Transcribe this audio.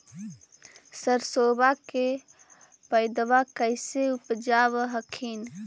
सरसोबा के पायदबा कैसे उपजाब हखिन?